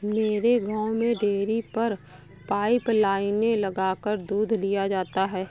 मेरे गांव में डेरी पर पाइप लाइने लगाकर दूध लिया जाता है